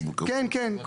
כן, כן.